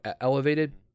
elevated